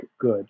good